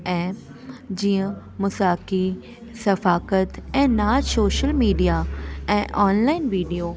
ऐं जीअं मुसाकी सफ़ाकत ऐं ना शोशल मीडिआ ऐं ऑनलाइन वीडिओ